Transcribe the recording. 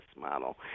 model